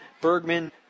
Bergman